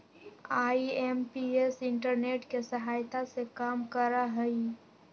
IMPS internet के सहायता से काम करा हई